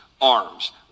arms